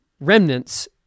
remnants